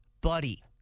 buddy